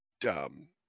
dumb